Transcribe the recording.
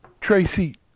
tracy